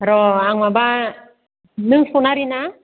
र' आं माबा नों सनारि ना